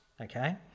okay